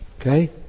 Okay